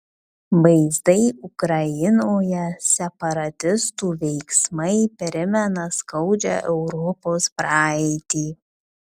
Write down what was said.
vaizdai ukrainoje separatistų veiksmai primena skaudžią europos praeitį